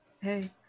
hey